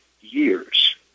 years